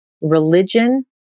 religion